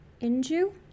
Inju